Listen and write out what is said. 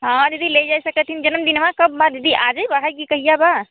हाँ दीदी ले जाई सकत हई जन्मदिन कबी बा आजई बा है कि कलिया बा